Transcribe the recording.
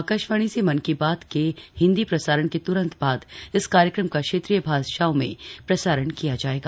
आकाशवाणी से मन की बात के हिंदी प्रसारण के त्रन्त बाद इस कार्यक्रम का क्षेत्रीय भाषाओं में प्रसारण किया जायेगा